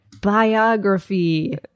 biography